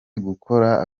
gukora